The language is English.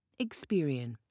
Experian